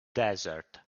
desert